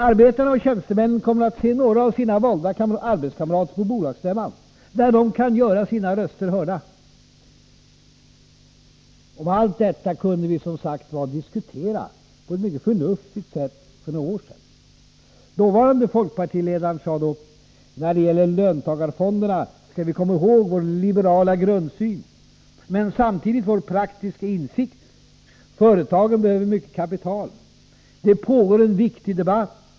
Arbetarna och tjänstemännen kommer att se några av sina valda arbetskamrater på bolagsstämman, där de kan göra sina röster hörda. Om allt detta kunde vi som sagt diskutera på ett mycket förnuftigt sätt för några år sedan. Dåvarande folkpartiledaren sade då: ”När det gäller löntagarfonderna skall vi komma ihåg vår liberala grundsyn, men samtidigt vår praktiska insikt — företagen behöver mycket kapital. Det pågår en viktig debatt.